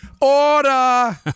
order